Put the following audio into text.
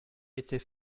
était